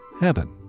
heaven